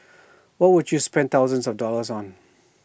what would you spend thousands of dollars on